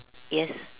yes